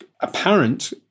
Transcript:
apparent